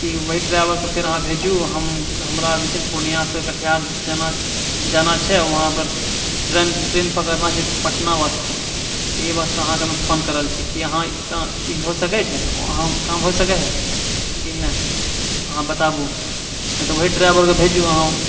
की वही ड्राइवरके फेर अहाँ भेजू हम हमरा अभी जे छै पूर्णियासँ कटिहार जाना जाना छै वहाँपर ट्रेन ट्रेन पकड़ना छै पटना वास्ते एहि वास्ते अहाँके हम फोन कए रहल छी कि अहाँ ई ई होइ सकै छै अहाँसँकाम होइ सकै है कि नहि अहाँ बताबू नहि तऽ ओहि ड्राइवरके भेजू अहाँ